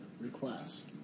request